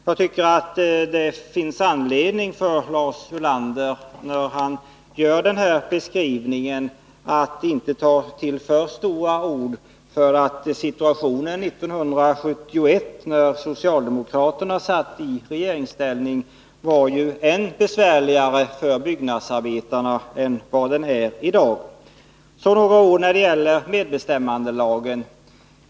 Jag tycker att det finns anledning för Lars Ulander, när han gör den här beskrivningen, att inte ta till för stora ord. Situationen 1971 — då socialdemokraterna satt i regeringsställning — var ju ännu besvärligare för byggnadsarbetarna än vad den är i dag. Sedan några ord när det gäller medbestämmandelagen.